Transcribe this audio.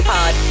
Pod